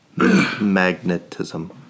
magnetism